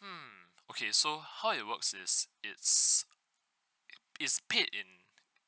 mm okay so how it works is it's it's paid in